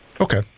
Okay